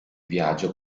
viaggio